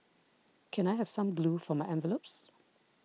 can I have some glue for my envelopes